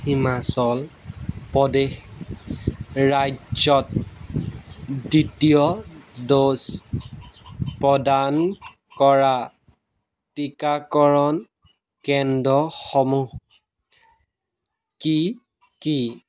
হিমাচল প্ৰদেশ ৰাজ্যত দ্বিতীয় ড'জ প্ৰদান কৰা টিকাকৰণ কেন্দ্ৰসমূহ কি কি